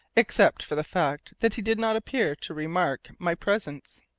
except for the fact that he did not appear to remark my presence.